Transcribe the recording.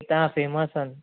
हितां जा फेमस आहिनि